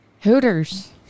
Hooters